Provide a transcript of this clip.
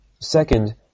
Second